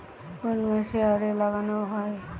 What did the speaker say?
কোন মাসে আলু লাগানো হয়?